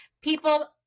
people